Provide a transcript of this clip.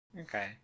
Okay